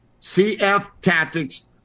CFTactics